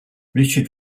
richard